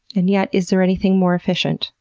and yet, is there anything more efficient,